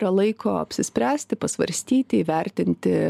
yra laiko apsispręsti pasvarstyti įvertinti